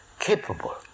capable